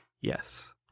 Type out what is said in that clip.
yes